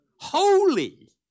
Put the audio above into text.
holy